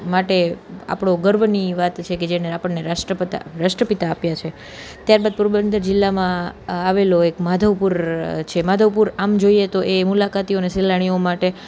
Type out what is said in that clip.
માટે આપણો ગર્વની વાત છે કે જેને આપણને રાષ્ટ્રપિતા આપ્યા છે ત્યારબાદ પોરબંદર જિલ્લામાં આ આવેલો એક માધવપુર છે માધવપુર આમ જોઈએ તો એ મુલાકાતીઓ અને સહેલાણીઓ માટે